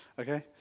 okay